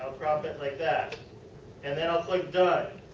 like that and then i will click done.